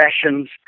sessions